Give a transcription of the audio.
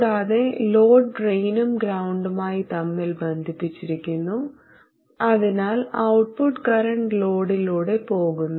കൂടാതെ ലോഡ് ഡ്രെയിനും ഗ്രൌണ്ടുമായി തമ്മിൽ ബന്ധിപ്പിച്ചിരിക്കുന്നു അതിനാൽ ഔട്ട്പുട്ട് കറന്റ് ലോഡിലൂടെ പോകുന്നു